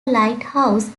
lighthouse